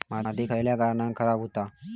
माती खयल्या कारणान खराब हुता?